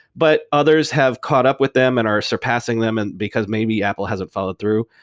but others have caught up with them and are surpassing them, and because maybe apple hasn't followed through.